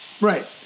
Right